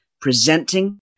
presenting